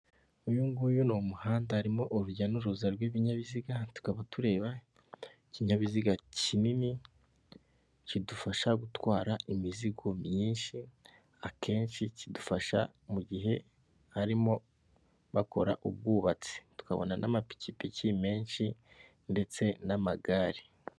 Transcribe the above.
Uyu nguyu ni umuhanda, harimo urujya n'uruza rw'ibinyabiziga, tukaba tureba ikinyabiziga kinini kidufasha gutwara imizigo myinshi, akenshi kidufasha mu gihe harimo bakora ubwubatsi, hakabona n'amapikipiki menshi ndetse n'amagare.